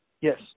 Yes